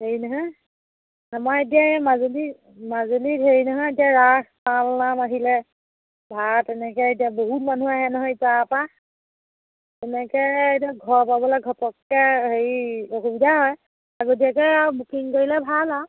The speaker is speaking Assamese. হেৰি নহয় আমাৰ এতিয়া এই মাজুলী মাজুলীত হেৰি নহয় এতিয়া ৰাস পালনাম আহিলে ভাড়া তেনেকৈ এতিয়া বহুত মানুহ আহে নহয় ইপাৰৰ পৰা তেনেকৈ এতিয়া ঘৰ পাবলৈ ঘপককৈ হেৰি অসুবিধা হয় আগতীয়াকৈ আৰু বুকিং কৰিলে ভাল আৰু